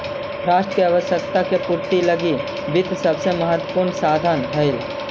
राष्ट्र के आवश्यकता के पूर्ति लगी वित्त सबसे महत्वपूर्ण साधन हइ